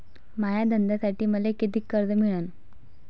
माया धंद्यासाठी मले कितीक कर्ज मिळनं?